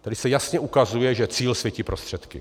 Tady se jasně ukazuje, že cíl světí prostředky.